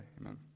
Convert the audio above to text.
Amen